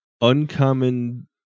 Uncommon